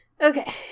okay